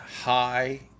High